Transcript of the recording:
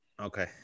Okay